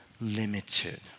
limited